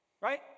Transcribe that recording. right